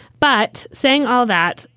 but saying all that.